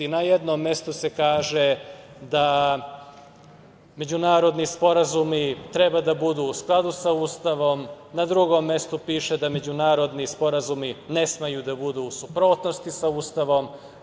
Na jednom mestu se kaže da međunarodni sporazumi treba da budu u skladu sa Ustavom, na drugom mestu piše da međunarodni sporazumi ne smeju da budu u suprotnosti sa Ustavom.